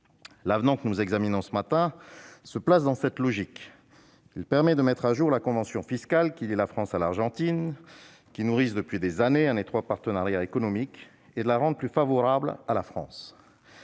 L'avenant que nous examinons ce matin se place dans cette logique. Il permet de mettre à jour la convention fiscale qui lie la France et l'Argentine- pays qui nourrissent depuis des années un étroit partenariat économique - et de la rendre plus favorable à notre